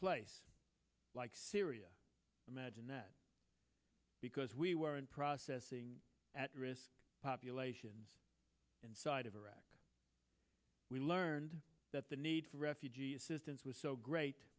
place like syria imagine that because we weren't processing at risk populations inside of iraq we learned that the need for refugee assistance was so great